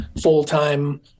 full-time